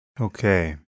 Okay